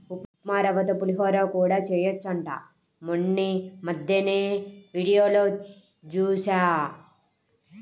ఉప్మారవ్వతో పులిహోర కూడా చెయ్యొచ్చంట మొన్నీమద్దెనే వీడియోలో జూశా